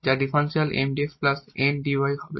যার ডিফারেনশিয়াল 𝑀𝑑𝑥 𝑁𝑑𝑦 হবে